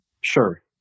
sure